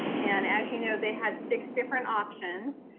and as you know they had six different options.